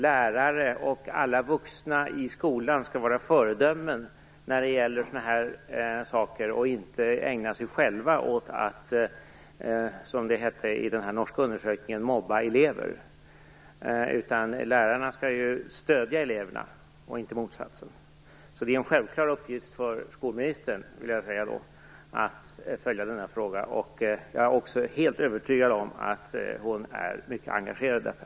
Lärare och andra vuxna i skolan skall självfallet vara föredömen och inte själva ägna sig åt att - som det hette i den norska undersökningen - mobba elever. Lärarna skall ju stödja eleverna och inte motsatsen. Det är en självklar uppgift för skolministern att följa denna fråga. Jag är också helt övertygad om att hon är mycket engagerad i detta.